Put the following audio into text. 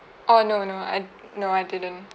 oh no no I no I didn't